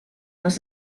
was